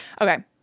Okay